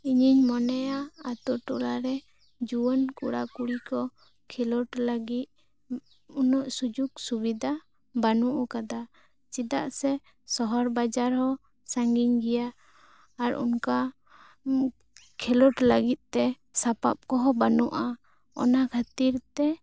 ᱤᱧᱤᱧ ᱢᱚᱱᱮᱭᱟ ᱟᱛᱳ ᱴᱚᱞᱟ ᱨᱮ ᱡᱩᱣᱟᱱ ᱠᱚᱲᱟ ᱠᱩᱲᱤ ᱠᱚ ᱠᱦᱮᱞᱚᱰ ᱞᱟᱹᱜᱤᱫ ᱩᱱᱟ ᱜ ᱥᱩᱡᱩᱠ ᱥᱩᱵᱤᱫᱟ ᱵᱟᱹᱱᱩᱜ ᱠᱟᱫᱟ ᱪᱮᱫᱟᱜ ᱥᱮ ᱥᱚᱦᱚᱨ ᱵᱟᱡᱟᱨ ᱦᱚ ᱥᱟᱺᱜᱤᱧ ᱜᱮᱭᱟ ᱟᱨ ᱚᱱᱠᱟ ᱠᱷᱮᱞᱚᱰ ᱞᱟᱹᱜᱤᱫ ᱛᱮ ᱥᱟᱯᱟᱵ ᱠᱚᱦᱚ ᱵᱟᱹᱱᱩᱜᱼᱟ ᱚᱱᱟ ᱠᱷᱟᱹᱛᱤᱨ ᱛᱮ